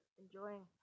enjoying